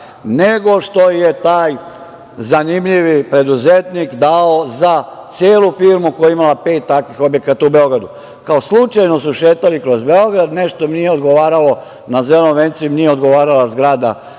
nego što je taj zanimljivi preduzetnik dao za celu firmu koja je ima pet takvih objekata u Beogradu. Kao slučajno su šetali kroz Beograd, nešto im nije odgovaralo, na Zelenom vencu im nije odgovarala zgrada